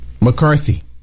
McCarthy